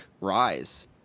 rise